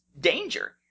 danger